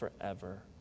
forever